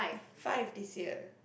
five this year